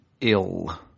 ill